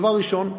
הדבר הראשון,